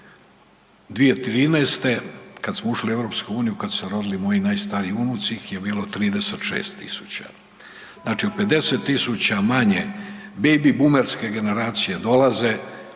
2013.g. kad smo ušli u EU, kad su se rodili moji najstariji unuci ih je bilo 36 000. Znači, 50 000 manje bejbi bumerske generacije dolaze